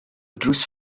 drws